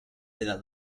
della